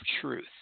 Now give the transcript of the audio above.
truth